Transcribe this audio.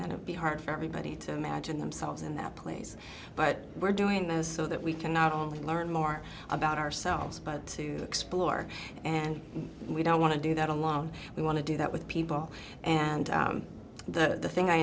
to be hard for everybody to imagine themselves in that place but we're doing most so that we can not only learn more about ourselves but to explore and we don't want to do that alone we want to do that with people and the thing i